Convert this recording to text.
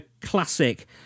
classic